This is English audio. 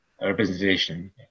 representation